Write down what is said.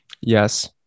Yes